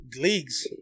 leagues